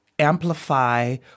amplify